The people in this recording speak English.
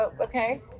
Okay